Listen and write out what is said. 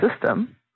system